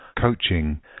coaching